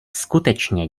skutečně